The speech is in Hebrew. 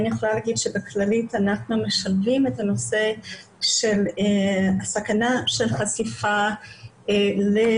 אני יכולה לומר בכללית אנחנו משלבים את הנושא של הסכנה של חשיפה לעישון